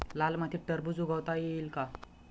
लाल मातीत टरबूज उगवता येईल का?